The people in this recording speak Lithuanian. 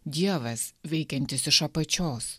dievas veikiantis iš apačios